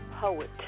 Poet